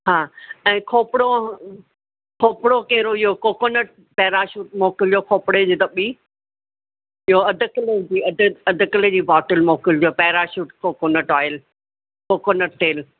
हा ऐं खोपिरो खोपिरो कहिड़ो इहो कोकोनट पैराशुट मोकिलियो खोपिरे जी दॿी ॿियो अधु किले जी अधु अधु किले जी बॉटल मोकिलिजो पैराशुट कोकोनट ऑइल कोकोनट तेल